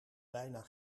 bijna